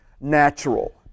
Natural